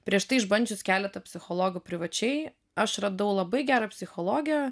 prieš tai išbandžius keletą psichologų privačiai aš radau labai gerą psichologę